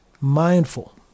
mindful